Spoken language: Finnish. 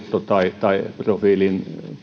tai profiilin